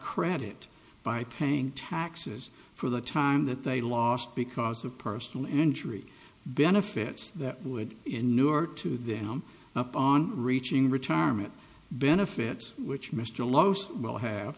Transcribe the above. credit by paying taxes for the time that they lost because of personal injury benefits that would in new york to them up on reaching retirement benefits which mr loesch will have